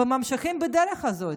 וממשיכים בדרך הזאת.